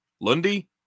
Lundy